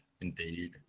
Indeed